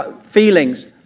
feelings